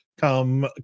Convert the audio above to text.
come